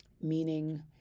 meaning